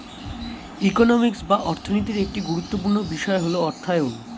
economics বা অর্থনীতির একটি গুরুত্বপূর্ণ বিষয় হল অর্থায়ন